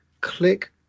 click